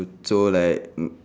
so like hmm